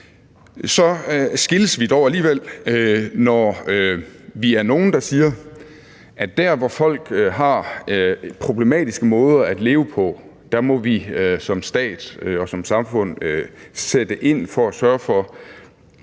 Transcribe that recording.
Så skilles vi dog alligevel, når vi er nogle, der siger, at der, hvor folk har problematiske måder at leve på, må vi som stat og som samfund sætte ind for at sørge for,